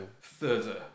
further